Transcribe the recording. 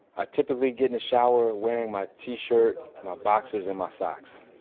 i typically get in the shower wearing my t-shirt, my boxers, and my socks.